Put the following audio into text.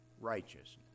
righteousness